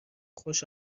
خوش